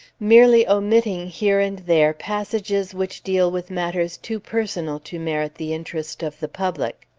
merely omitting here and there passages which deal with matters too personal to merit the interest of the public.